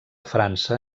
frança